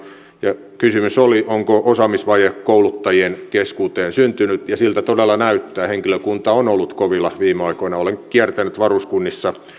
ja kysymys oli onko osaamisvaje kouluttajien keskuuteen syntynyt ja siltä todella näyttää henkilökunta on ollut kovilla viime aikoina olen kiertänyt varuskunnissa